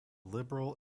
liberal